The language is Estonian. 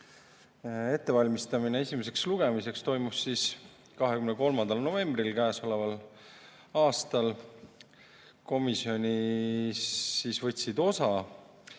ettevalmistamine esimeseks lugemiseks toimus 23. novembril käesoleval aastal. Komisjoni [istungist] võtsid osa